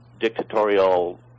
dictatorial